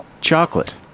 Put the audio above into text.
Chocolate